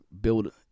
build